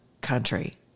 country